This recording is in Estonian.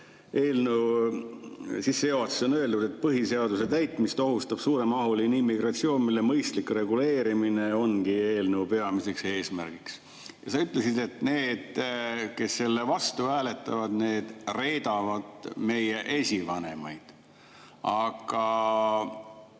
Eelnõu sissejuhatuses on öeldud, et põhiseaduse täitmist ohustab suuremahuline immigratsioon, mille mõistlik reguleerimine ongi eelnõu peamiseks eesmärgiks. Sa ütlesid, et need, kes selle vastu hääletavad, reedavad meie esivanemaid. Aga